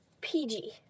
PG